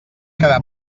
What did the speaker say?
quedar